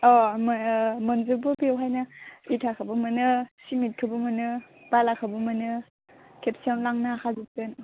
अ मोनजोबो बेवहायनो इथाखौबो मोनो सिमेन्टखौबो मोनो बालाखौबो मोनो खेबसेयावनो लांनो हाखाजोबगोन